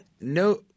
no